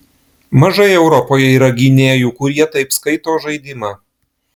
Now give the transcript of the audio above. mažai europoje yra gynėjų kurie taip skaito žaidimą